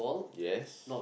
yes